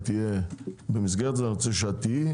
ואני רוצה שתהיה,